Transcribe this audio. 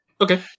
Okay